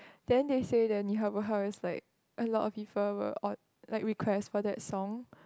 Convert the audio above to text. then they said the 你好不好 is like a lot of people will all like request for that song